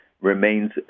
remains